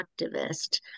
activist